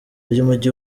ry’umujyi